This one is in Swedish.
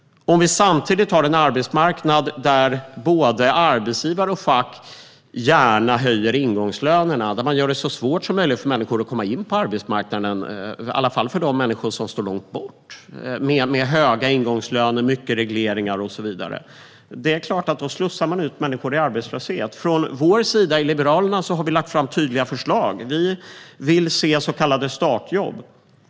Om man samtidigt har en arbetsmarknad där både arbetsgivare och fack gärna höjer ingångslönerna och där man genom höga ingångslöner, mycket regleringar och så vidare gör det så svårt som möjligt för människor att komma in på arbetsmarknaden, i alla fall för de människor som står långt bort från arbetsmarknaden, slussar man självklart ut människor i arbetslöshet. Vi i Liberalerna har lagt fram tydliga förslag. Vi vill se så kallade startjobb.